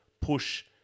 push